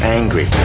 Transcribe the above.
angry